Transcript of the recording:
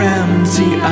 empty